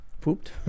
pooped